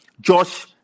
Josh